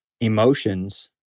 emotions